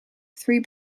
three